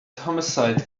homicide